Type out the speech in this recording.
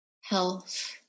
health